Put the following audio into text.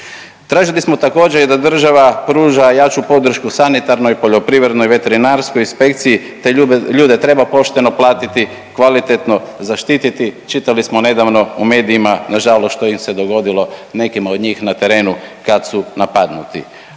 Tražili smo također i da država pruža jaču podršku sanitarnoj poljoprivrednoj, veterinarskoj inspekciji. Te ljude treba pošteno platiti, kvalitetno zaštiti, čitali smo nedavno u medijima nažalost što im se dogodilo nekima od njih na terenu kad su napadnuti.